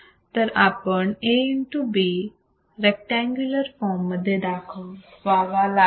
इथे आपण A β rectangular form मध्ये दाखवावा लागेल